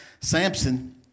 Samson